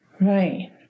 Right